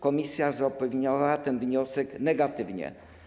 Komisja zaopiniowała ten wniosek negatywnie.